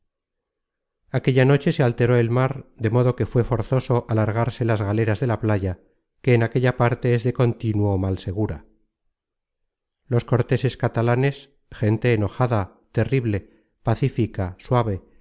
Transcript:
aquella noche se alteró el mar de modo que fué forzoso alargarse las galeras de la playa que en aquella parte es de contínuo mal segura los corteses catalanes gente enojada terrible pacífica suave